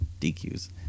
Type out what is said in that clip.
DQs